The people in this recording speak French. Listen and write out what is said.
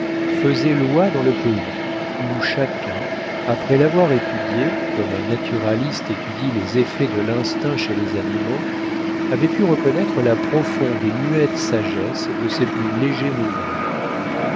faisaient loi dans le pays où chacun après l'avoir étudié comme un naturaliste étudie les effets de l'instinct chez les animaux avait pu reconnaître la profonde et muette sagesse de ses plus légers mouvements